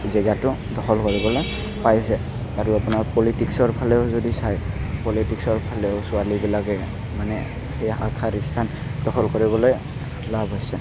জেগাটো দখল কৰিবলৈ পাৰিছে আৰু আপোনাৰ পলিটিক্সৰফালেও যদি চাই পলিটিক্সৰফালেও ছোৱালীবিলাকে মানে এয়া আগশাৰীৰ স্থান দখল কৰিবলৈ লাভ হৈছে